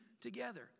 together